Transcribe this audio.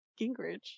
Gingrich